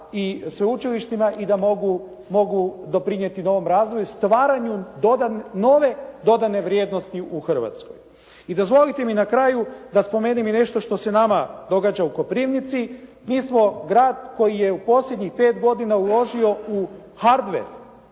i sveučilištima i da mogu doprinijeti novom razvoju, stvaranju nove dodane vrijednosti u Hrvatskoj. I dozvolite mi na kraju da spomenem i nešto što se nama događa u Koprivnici. Mi smo grad koji je u posljednjih 5 godina uložio u hardware,